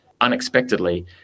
unexpectedly